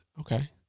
okay